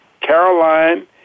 Caroline